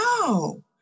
No